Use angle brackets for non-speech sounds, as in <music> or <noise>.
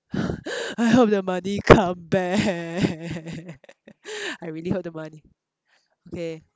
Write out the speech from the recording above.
<noise> I hope the money come back <laughs> I really hope the money okay